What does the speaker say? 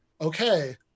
Okay